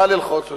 מה ללחוץ יותר?